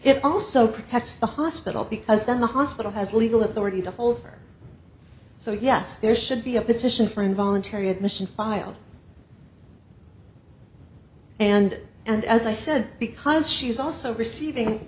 it also protects the hospital because the hospital has legal authority to hold her so yes there should be a petition for involuntary admission filed and and as i said because she is also receiving